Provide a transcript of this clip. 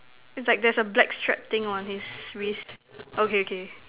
is like there's a black strap thing on his wrist okay okay